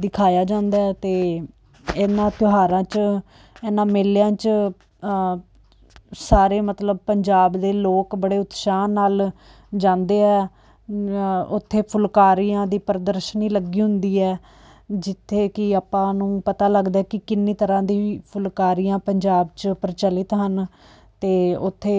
ਦਿਖਾਇਆ ਜਾਂਦਾ ਅਤੇ ਇਹਨਾਂ ਤਿਉਹਾਰਾਂ 'ਚ ਇੰਨਾਂ ਮੇਲਿਆਂ 'ਚ ਸਾਰੇ ਮਤਲਬ ਪੰਜਾਬ ਦੇ ਲੋਕ ਬੜੇ ਉਤਸ਼ਾਹ ਨਾਲ ਜਾਂਦੇ ਆ ਉੱਥੇ ਫੁਲਕਾਰੀਆਂ ਦੀ ਪ੍ਰਦਰਸ਼ਨੀ ਲੱਗੀ ਹੁੰਦੀ ਹੈ ਜਿੱਥੇ ਕਿ ਆਪਾਂ ਨੂੰ ਪਤਾ ਲੱਗਦਾ ਕਿ ਕਿੰਨੀ ਤਰ੍ਹਾਂ ਦੀ ਫੁਲਕਾਰੀਆਂ ਪੰਜਾਬ 'ਚ ਪ੍ਰਚਲਿਤ ਹਨ ਅਤੇ ਉੱਥੇ